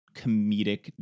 comedic